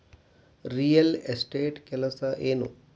real estate ಕೆಲಸ ಏನು